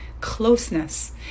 closeness